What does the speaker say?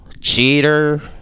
Cheater